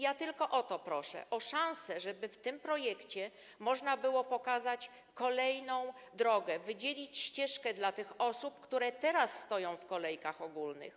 Ja tylko o to proszę: o szansę, żeby w tym projekcie można było pokazać kolejną drogę, wydzielić ścieżkę dla tych osób, które teraz stoją w kolejkach ogólnych.